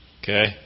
okay